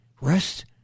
Rest